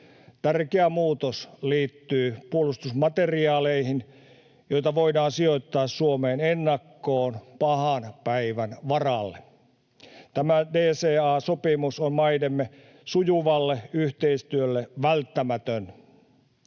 Tärkeä muutos liittyy puolustusmateriaaleihin, joita voidaan sijoittaa Suomeen ennakkoon pahan päivän varalle. Tämä DCA-sopimus on maidemme sujuvalle yhteistyölle välttämätön.